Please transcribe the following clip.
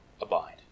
abide